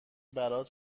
برات